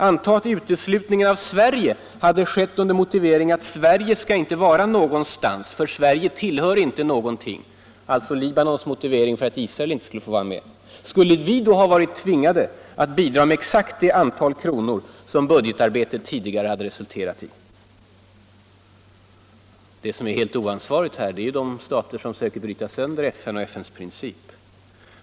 Antag vidare att uteslutningen av Sverige hade skett under motivering att ”Sverige skall inte vara någonstans för Sverige tillhör inte någonting” — alltså Libanons motivering för att Israel inte skulle få vara med. Skulle vi då ha varit tvingade att bidra med exakt det antal kronor som budgetarbetet tidigare hade resulterat i? Det som är helt oansvarigt är ju handlandet från de stater som söker bryta sönder FN och FN:s princip.